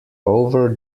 over